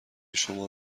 شما